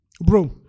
bro